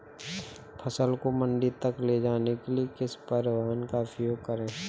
फसल को मंडी तक ले जाने के लिए किस परिवहन का उपयोग करें?